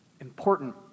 important